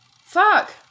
Fuck